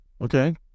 Okay